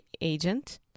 agent